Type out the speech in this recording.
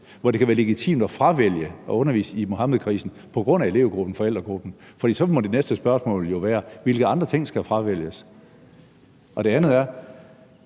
hvor det kan være legitimt at fravælge at undervise i Muhammedkrisen på grund af elevgruppen og forældregruppen? For så må det næste spørgsmål jo være: Hvilke andre ting skal fravælges? Det andet er,